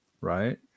Right